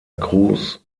cruz